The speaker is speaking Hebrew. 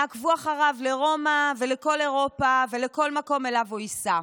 יעקבו אחריו לרומא ולכל אירופה ולכל מקום שאליו הוא ייסע.